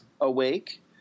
Awake